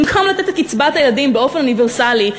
במקום לתת את קצבת הילדים באופן אוניברסלי,